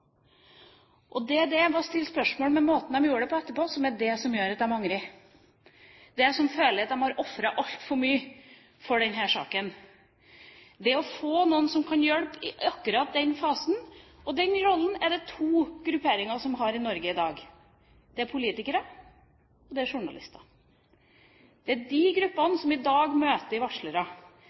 det er det å stille spørsmål ved måten de gjorde det på, etterpå, som gjør at de angrer og føler at de har ofret altfor mye for saken. Vi må få noen som kan hjelpe i akkurat den fasen. Den rollen er det to grupperinger som har i Norge i dag. Det er politikere, og det er journalister. Det er de gruppene som i dag møter varslere. Det er vi som får historiene først. Det er vi som i